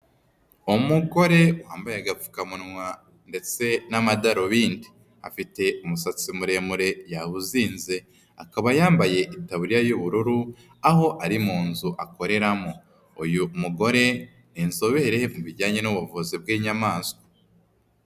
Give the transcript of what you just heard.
Umugore wambaye agapfukamunwa ndetse n'amadarubindi. Afite umusatsi muremure yawuzinze, akaba yambaye itaburiya y'ubururu, aho ari mu nzu akoreramo. Uyu mugore inzobere mu bijyanye n'ubuvuzi bw'inyamanswa.